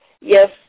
Yes